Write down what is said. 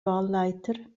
wahlleiter